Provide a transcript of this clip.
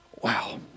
Wow